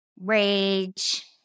rage